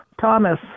Thomas